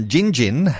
Jinjin